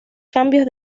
cambios